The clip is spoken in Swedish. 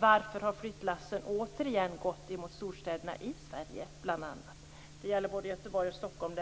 Varför har flyttlassen återigen gått mot storstäderna i Sverige, bl.a.? Det gäller både Göteborg och Stockholm.